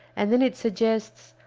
and then it suggests,